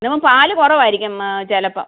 നിങ്ങൾക്ക് പാൽ കുറവായിരിക്കും ചിലപ്പോൾ